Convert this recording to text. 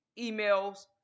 emails